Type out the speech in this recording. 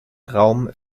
raum